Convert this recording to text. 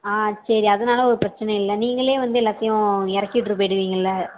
ஆ சரி அதனால ஒரு பிரச்சனையும் இல்லை நீங்களே வந்து எல்லாத்தையும் இறக்கிவிட்ரு போய்டுவிங்கள்ல